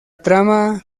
trama